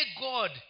God